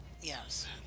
Yes